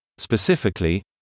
Specifically